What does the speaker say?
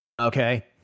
Okay